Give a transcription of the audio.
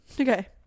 Okay